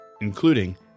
including